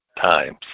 times